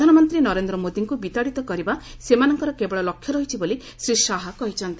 ପ୍ରଧାନମନ୍ତ୍ରୀ ନରେନ୍ଦ୍ର ମୋଦିଙ୍କ ବିତାଡ଼ିତ କରିବା ସେମାନଙ୍କର କେବଳ ଲକ୍ଷ୍ୟ ରହିଛି ବୋଲି ଶ୍ରୀ ଶାହା କହିଛନ୍ତି